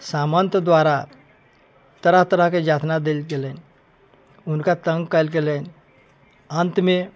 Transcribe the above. सामंत द्वारा तरह तरह के यातना देल गेलनि उनका तंग कयल गेलनि अंत मे